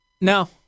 No